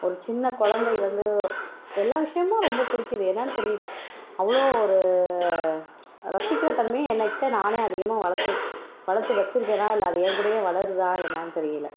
ஒரு சின்ன குழந்தையிலருந்து எல்லாம் விஷயமும் ரொம்ப பிடிக்கிது என்னென்னு தெரியல அவ்வளோ ஒரு ரசிக்கிற தன்மை என்னகிட்ட நானே அதிகமாக வளர்த்து வளர்த்து வச்சிருக்கேனா நான் இல்லை அது ஏன் கூடையே வளருதா என்னென்னு தெரியல